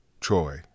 Troy